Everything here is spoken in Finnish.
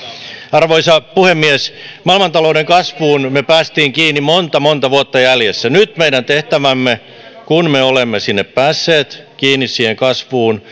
arvoisa puhemies maailmantalouden kasvuun me pääsimme kiinni monta monta vuotta jäljessä nyt meidän tehtävämme kun me olemme päässeet kiinni siihen kasvuun